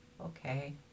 Okay